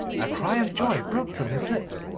a cry of joy broke from his lips,